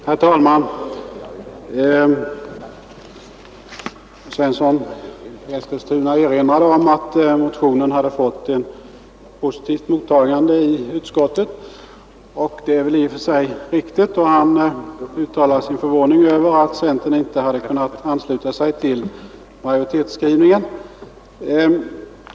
Herr talman! Herr Svensson i Eskilstuna erinrade om att motionen fått ett positivt mottagande i utskottet och det är väl i och för sig riktigt. Han uttalade sin förvåning över att centern inte kunnat ansluta sig till majoritetsskrivningen.